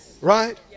right